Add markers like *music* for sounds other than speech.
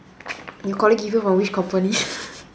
your colleague give you from which company *noise*